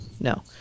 No